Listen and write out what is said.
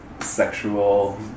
sexual